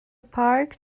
park